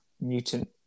mutant